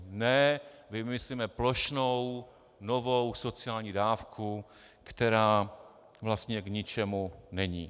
Ne, my vymyslíme plošnou, novou sociální dávku, která vlastně k ničemu není.